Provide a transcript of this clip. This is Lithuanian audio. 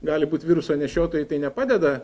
gali būt viruso nešiotojai tai nepadeda